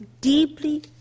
deeply